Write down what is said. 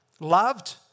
Loved